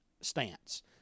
stance